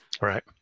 Right